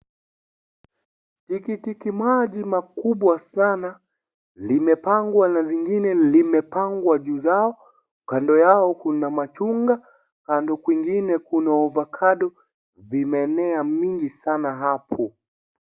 Tikitimaji makubwa sana limepangwa na lingine limepangwa juu zao kando yao kuna machungwa kando kwingine kuna avokado vimeenea mingi sana hapo.